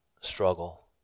struggle